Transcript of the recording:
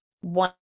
one